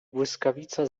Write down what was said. błyskawica